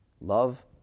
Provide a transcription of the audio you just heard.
love